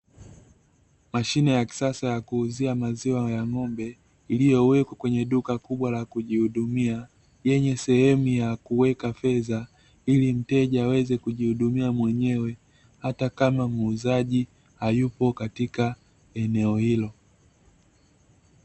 Mashine ya kisasa ya kuuzia maziwa ya ng’ombe, iliyowekwa kwenye duka kubwa ya kujihudumia, yenye sehemu ya kuweka fedha, ili mteja aweze kujihudumia mwenyewe hata kama muuzaji hayupo katika eneo hilo.